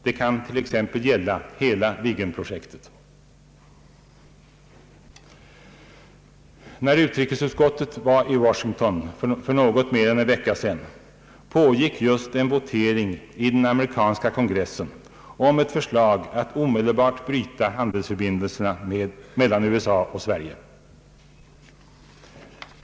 Det kan t.ex. gälla hela Viggenprojektet. När utrikesutskottet var i Washington för något mer än en vecka sedan pågick just en votering i den amerikanska kongressen om ett förslag att omedelbart bryta handelsförbindelserna mellan USA och Sverige.